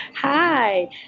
Hi